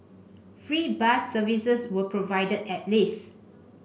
free bus services were provided at least